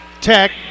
Tech